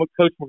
Coach